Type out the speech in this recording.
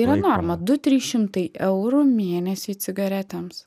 yra norma du trys šimtai eurų mėnesiui cigaretėms